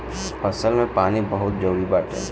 फसल में पानी बहुते जरुरी बाटे